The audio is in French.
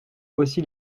aussi